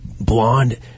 blonde